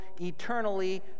eternally